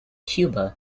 cuba